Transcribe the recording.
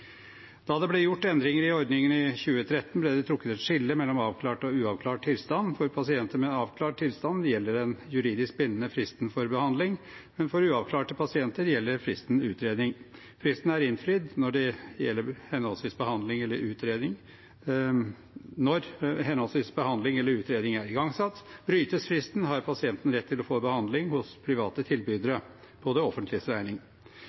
Da det ble gjort endringer i ordningen i 2013, ble det trukket et skille mellom avklart og uavklart tilstand. For pasienter med en avklart tilstand gjelder den juridisk bindende fristen behandling, men for uavklarte pasienter gjelder fristen utredning. Fristen er innfridd når henholdsvis behandling eller utredning er igangsatt. Brytes fristen, har pasienten rett til å få behandling hos private tilbydere